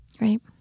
right